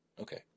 Okay